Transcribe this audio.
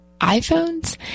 iPhones